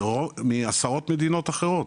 מעשרות מדינות אחרות,